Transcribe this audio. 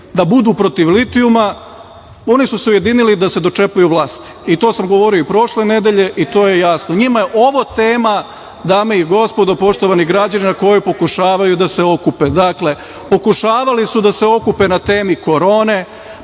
da budu protiv litijuma, oni su se ujedinili da se dočepaju vlasti. To sam govorio i prošle nedelje i to je jasno. Njima je ovo tema, dame i gospodo, poštovani građani, na kojoj pokušavaju da se okupe. Dakle, pokušavali su da se okupe na temi korone,